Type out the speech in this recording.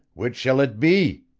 which shall it be?